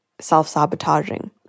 self-sabotaging